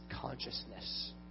consciousness